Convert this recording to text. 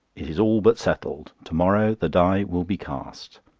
it is all but settled. to-morrow the die will be cast.